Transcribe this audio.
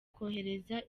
kohereza